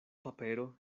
papero